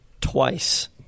twice